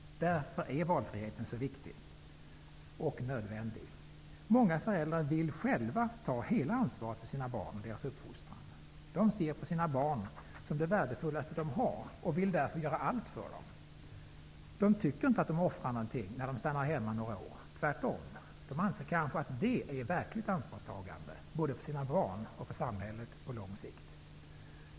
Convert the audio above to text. Därför är valfriheten så viktig och nödvändig. Många föräldrar vill själva ta hela ansvaret för sina barn och deras uppfostran. De ser sina barn som det värdefullaste de har och vill därför göra allt för dem. De tycker inte att de offrar någonting när de stannar hemma några år -- tvärtom. De anser kanske att det är att ta ett verkligt ansvar både för sina barn och för samhället på lång sikt.